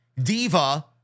Diva